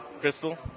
Crystal